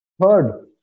Third